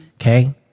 Okay